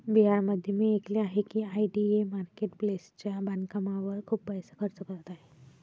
बिहारमध्ये मी ऐकले आहे की आय.डी.ए मार्केट प्लेसच्या बांधकामावर खूप पैसा खर्च करत आहे